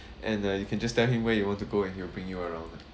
and uh you can just tell him where you want to go and he will bring you around